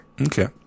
Okay